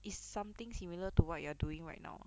is something similar to what you are doing right now